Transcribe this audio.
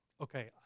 Okay